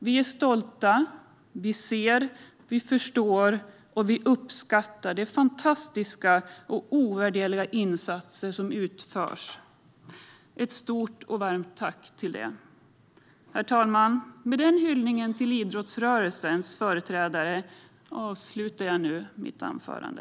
Vi är stolta, vi ser, vi förstår och vi uppskattar de fantastiska och ovärderliga insatser som utförs. Ett stort och varmt tack till dem! Herr talman! Med den här hyllningen till idrottsrörelsens företrädare avslutar jag nu mitt anförande.